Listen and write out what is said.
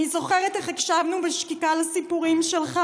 אני זוכרת איך הקשבנו בשקיקה לסיפורים שלך